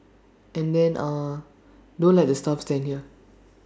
and then ah don't let the staff stand here